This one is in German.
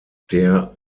der